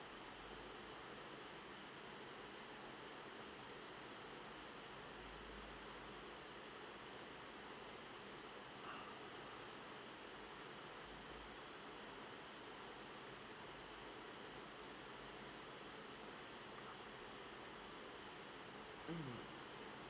mm